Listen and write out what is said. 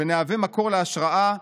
ונהווה מקור להשראה,